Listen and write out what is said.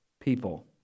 people